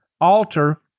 alter